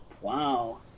Wow